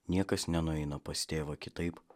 niekas nenueina pas tėvą kitaip